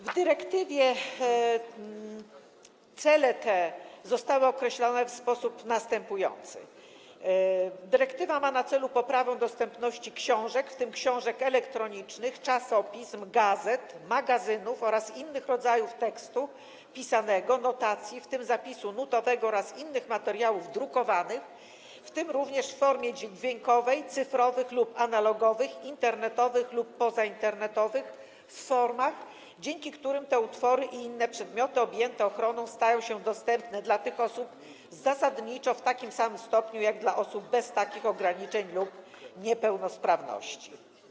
W dyrektywie cele te zostały określone w sposób następujący: dyrektywa ma na celu poprawę dostępności książek, w tym książek elektronicznych, czasopism, gazet, magazynów oraz innych rodzajów tekstu pisanego, notacji, w tym zapisu nutowego, oraz innych materiałów drukowanych, w tym również w formie dźwiękowej, cyfrowych lub analogowych, internetowych lub pozainternetowych, w formach, dzięki którym te utwory i inne przedmioty objęte ochroną stają się dostępne dla tych osób zasadniczo w takim samym stopniu, jak dla osób bez takich ograniczeń lub niepełnosprawności.